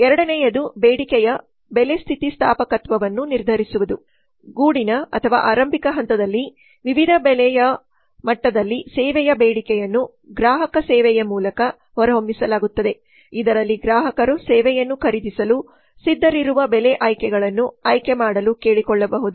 ಎರಡನೆಯದು ಬೇಡಿಕೆಯ ಬೆಲೆ ಸ್ಥಿತಿಸ್ಥಾಪಕತ್ವವನ್ನು ನಿರ್ಧರಿಸುವುದು ಗೂಡಿನಆರಂಭಿಕ ಹಂತದಲ್ಲಿ ವಿವಿಧ ಬೆಲೆಯ ಮಟ್ಟದಲ್ಲಿ ಸೇವೆಯ ಬೇಡಿಕೆಯನ್ನು ಗ್ರಾಹಕ ಸೇವೆಯ ಮೂಲಕ ಹೊರಹೊಮ್ಮಿಸಲಾಗುತ್ತದೆ ಇದರಲ್ಲಿ ಗ್ರಾಹಕರು ಸೇವೆಯನ್ನು ಖರೀದಿಸಲು ಸಿದ್ಧರಿರುವ ಬೆಲೆ ಆಯ್ಕೆಗಳನ್ನು ಆಯ್ಕೆ ಮಾಡಲು ಕೇಳಿಕೊಳ್ಳಬಹುದು